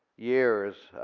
years?